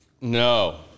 No